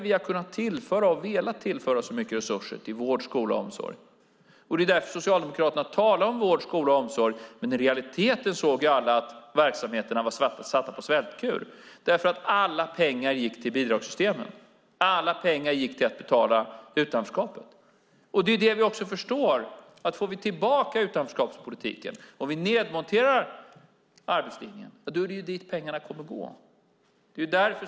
Vi har velat och kunnat tillföra mycket resurser till välfärdens kärna: vård, skola och omsorg. Socialdemokraterna talade om vård, skola och omsorg, men i realiteten såg alla att verksamheterna var satta på svältkur eftersom alla pengar gick till bidragssystemen. Alla pengar gick till att betala utanförskapet. Får vi tillbaka utanförskapspolitiken och nedmonterar arbetslinjen är det till utanförskapet pengarna kommer att gå.